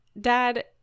Dad